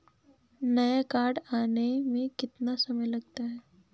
नया कार्ड आने में कितना समय लगता है?